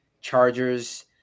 Chargers